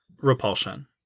Repulsion